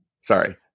Sorry